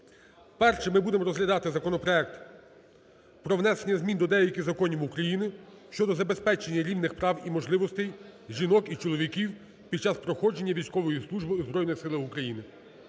Першим ми будемо розглядати законопроект про внесення змін до деяких законів України щодо забезпечення рівних прав і можливостей жінок і чоловіків під час проходження військової служби у Збройних Силах України.